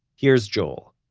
here's joel.